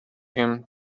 him